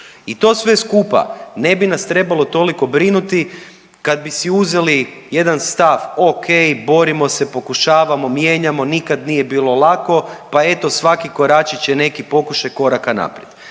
I to sve skupa ne bi nas trebalo toliko brinuti kad bi si uzeli jedan stav o.k. borimo se, pokušavamo, mijenjamo, nikad nije bilo lako. Pa eto, svaki koračić je neki pokušaj koraka naprijed.